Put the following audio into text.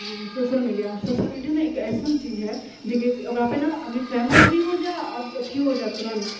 आ social media social media ने एक अइसन चीज है जेकि ओकरा पर ने आदमी फेमस भी हो जाऽआ अथिओ हो जाऽ है तुरन्त